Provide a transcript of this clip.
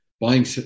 buying